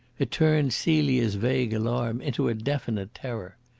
it turned celia's vague alarm into a definite terror.